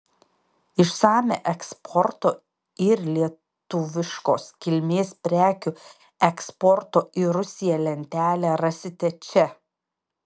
išsamią eksporto ir lietuviškos kilmės prekių eksporto į rusiją lentelę rasite čia